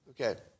Okay